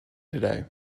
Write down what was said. today